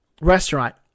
restaurant